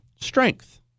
strength